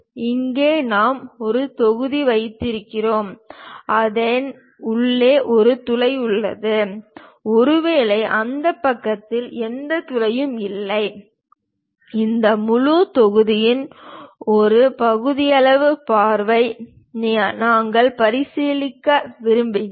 இங்கே நாம் ஒரு தொகுதி வைத்திருக்கிறோம் அதன் உள்ளே ஒரு துளை உள்ளது ஒருவேளை இந்த பக்கத்தில் எந்த துளையும் இல்லை இந்த முழு தொகுதியின் ஒரு பகுதியளவு பார்வையை நாங்கள் பரிசீலிக்க விரும்புகிறோம்